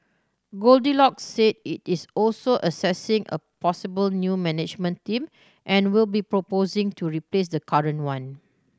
goldilocks said it is also assessing a possible new management team and will be proposing to replace the current one